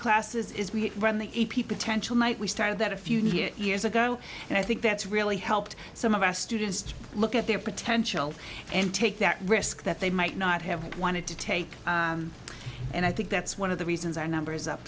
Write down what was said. classes is we run the a p potential might we started that a few years ago and i think that's really helped some of our students look at their potential and take that risk that they might not have wanted to take and i think that's one of the reasons our numbers up